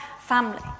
family